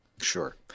Sure